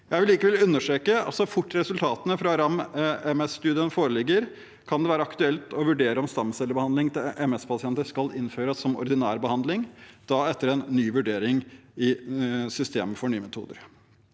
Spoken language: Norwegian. Jeg vil likevel understreke at så fort resultatene fra RAM-MSstudien foreligger, kan det være aktuelt å vurdere om stamcellebehandling til MS-pasienter skal innføres som ordinær behandling, da etter en ny vurdering i systemet for nye metoder.